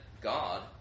God